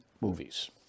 movies